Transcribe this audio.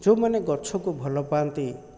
ଯେଉଁମାନେ ଗଛକୁ ଭଲ ପାଆନ୍ତି